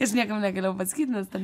aš niekam negalėjau pasakyti nes ten